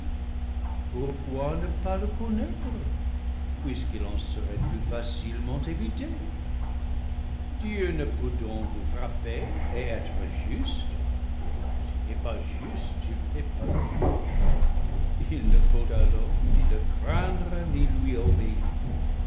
pourquoi ne pas le connaître puisqu'il en serait plus facilement évité dieu ne peut donc vous frapper et être juste s'il n'est pas juste il n'est pas dieu il ne faut alors ni le craindre ni lui obéir